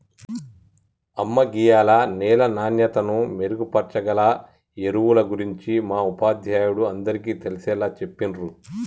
అమ్మ గీయాల నేల నాణ్యతను మెరుగుపరచాగల ఎరువుల గురించి మా ఉపాధ్యాయుడు అందరికీ తెలిసేలా చెప్పిర్రు